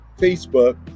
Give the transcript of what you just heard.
Facebook